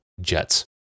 jets